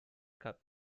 cup